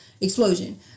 explosion